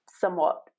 somewhat